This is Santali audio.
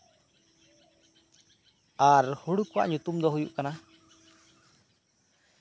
ᱟᱨ ᱦᱩᱲᱩ ᱠᱚᱣᱟᱜ ᱧᱩᱛᱩᱢ ᱫᱚ ᱵᱟᱹᱱᱩᱜᱼᱟ